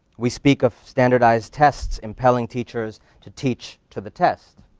we speak of standardized tests impelling teachers to teach to the test.